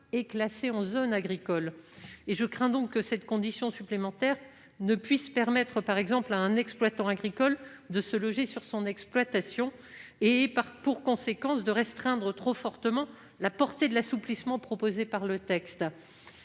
est classée en zone agricole. Je crains que cette condition supplémentaire n'interdise, par exemple, à un exploitant agricole de se loger sur son exploitation, ce qui aurait pour conséquence de restreindre trop fortement la portée de l'assouplissement proposé dans le texte.